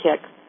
kick